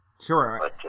Sure